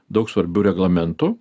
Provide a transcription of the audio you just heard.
daug svarbių reglamentų